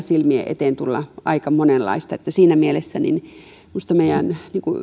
silmien eteen tulla aika monenlaista niin että siinä mielessä minusta meidän